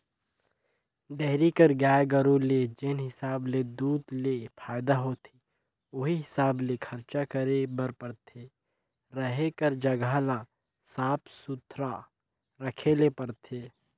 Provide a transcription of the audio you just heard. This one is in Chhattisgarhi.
डेयरी कर गाय गरू ले जेन हिसाब ले दूद ले फायदा होथे उहीं हिसाब ले खरचा करे बर परथे, रहें कर जघा ल साफ सुथरा रखे ले परथे